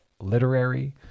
literary